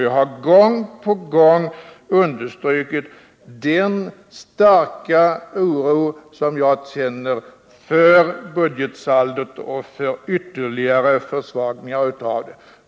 Jag har gång på gång understrukit den starka oro som jag känner för budgetsaldot och för ytterligare försvagningar av det.